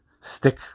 stick